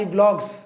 Vlogs